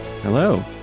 Hello